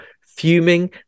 fuming